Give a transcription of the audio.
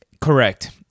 Correct